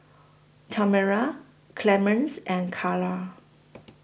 Tamera Clemence and Cara